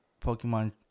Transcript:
Pokemon